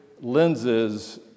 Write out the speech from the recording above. lenses